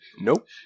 Nope